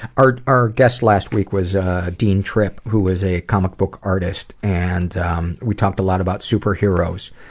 our our guest last week was dean tripp, who was a comic book artist, and we talked a lot about superheroes.